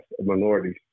minorities